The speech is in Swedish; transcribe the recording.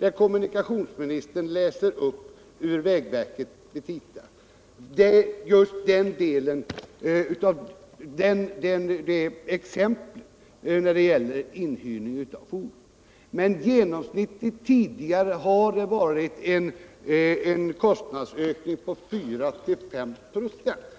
Just det exemplet är riktigt när det gäller inhyrning av fordon, men genomsnittligt har det tidigare varit en kostnadsökning på 4-5 96.